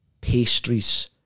pastries